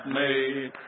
made